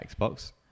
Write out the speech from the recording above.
Xbox